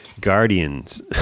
guardians